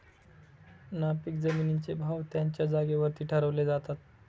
नापीक जमिनींचे भाव त्यांच्या जागेवरती ठरवले जातात